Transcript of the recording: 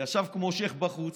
ישב כמו שייח' בחוץ,